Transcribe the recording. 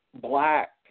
black